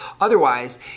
Otherwise